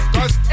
Cause